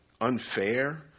unfair